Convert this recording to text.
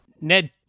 Ned